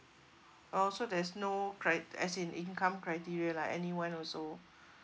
oh so there's no cri~ as in income criteria lah anyone also